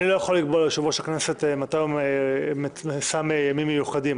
אני לא יכול לקבוע ליושב-ראש הכנסת מתי הוא שם ימים מיוחדים,